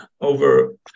over